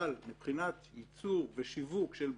אבל מבחינת ייצור ושיווק של ביצים,